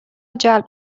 جلب